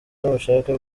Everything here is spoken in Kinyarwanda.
n’ubushake